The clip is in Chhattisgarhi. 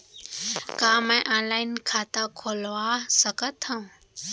का मैं ऑनलाइन खाता खोलवा सकथव?